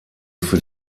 für